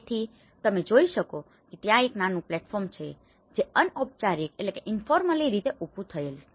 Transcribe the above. તેથી તમે અહીં જોઈ શકો છો કે ત્યાં એક નાનું પ્લેટફોર્મ છે જે અનૌપચારિક રીતે ઉભું થયેલ છે